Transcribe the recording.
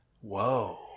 Whoa